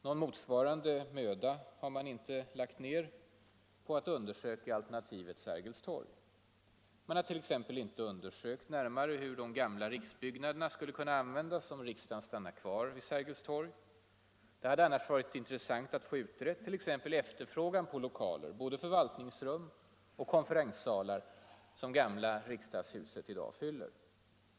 Någon motsvarande möda har man inte lagt ner på att undersöka alternativet Sergels torg. Man har t.ex. inte närmare utrett hur de gamla riksbyggnaderna skulle kunna användas om riksdagen stannar kvar vid Sergels torg. Det hade annars varit intressant att få utrett t.ex. efterfrågan på lokaler — både förvaltningsrum och konferenssalar - som gamla riksdagshuset i dag fyller.